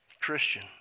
Christian